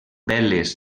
veles